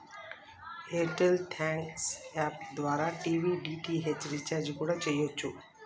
air tell thanks app ద్వారా TV DTH recharge కూడా చెయ్యచ్చు